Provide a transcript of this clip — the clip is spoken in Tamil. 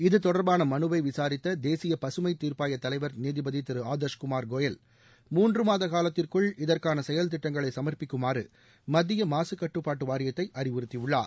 இதுதொடர்பான மனுவை விசாரித்த தேசிய பசுமைத் தீர்ப்பாயத் தலைவர் நீதிபதி திரு ஆதர்ஷ்குமார் கோயல் மூன்று மாத காலத்திற்குள் இதற்கான செயல் திட்டங்களை சமர்ப்பிக்குமாறு மத்திய மாசுக் கட்டுப்பாட்டு வாரியத்தை அறிவுறுத்தியுள்ளார்